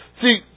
See